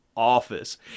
Office